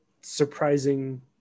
surprising